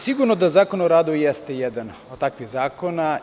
Sigurno da Zakon o radu jeste jedan od takvih zakona.